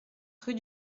rue